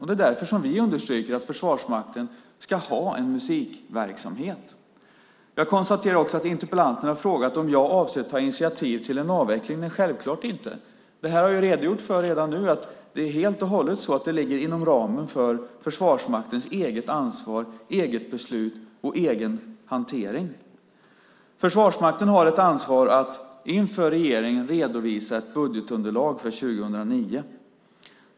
Det är därför vi understryker att Försvarsmakten ska ha en musikverksamhet. Jag konstaterar också att interpellanten har frågat om jag avser att ta initiativ till en avveckling - självklart inte! Jag har redan redogjort för att detta helt och hållet ligger inom ramen för Försvarsmaktens eget ansvar, eget beslut och egen hantering. Försvarsmakten har ett ansvar att inför regeringen redovisa ett budgetunderlag för 2009.